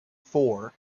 four